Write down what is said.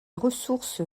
ressources